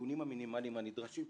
לתיקונים המינימליים הנדרשים.